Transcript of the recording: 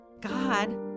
God